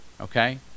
okay